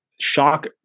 shock